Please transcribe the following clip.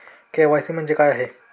KYC म्हणजे काय आहे?